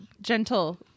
gentle